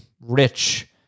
rich